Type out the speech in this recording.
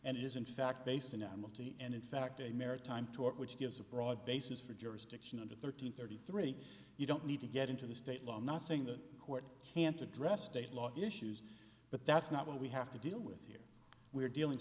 and is in fact based in a multi and in fact a maritime talk which gives a broad basis for jurisdiction under thirteen thirty three you don't need to get into the state law i'm not saying the court can't address state law issues but that's not what we have to deal with here we're dealing